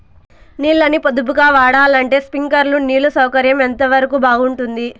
నీళ్ళ ని పొదుపుగా వాడాలంటే స్ప్రింక్లర్లు నీళ్లు సౌకర్యం ఎంతవరకు బాగుంటుంది?